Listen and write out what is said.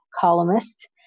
columnist